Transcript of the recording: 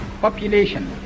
population